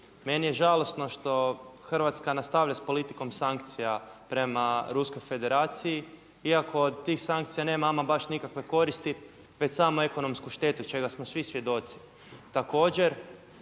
meni je žalosno što Hrvatska nastavlja s politikom sankcija prema Ruskoj Federaciji iako od tih sankcija nema ama baš nikakve koristi već samo ekonomsku štetu čega smo svi svjedoci.